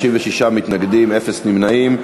36 מתנגדים, אפס נמנעים.